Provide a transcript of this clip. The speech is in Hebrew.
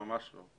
ממש לא.